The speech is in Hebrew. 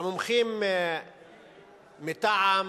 המומחים מטעם,